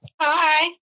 Hi